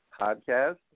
podcast